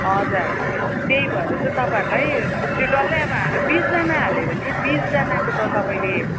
हजुर त्यही भएर चाहिँ तपाईँहरूलाई त्यो डल्लै अब हामी बिसजना हाल्यो भने बिसजनाको त तपाईँले